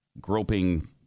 groping